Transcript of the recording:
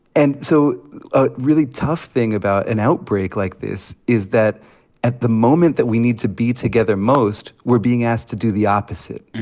and so, a really tough thing about an outbreak like this is that at the moment that we need to be together most, we're being asked to do the opposite.